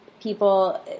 people